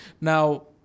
now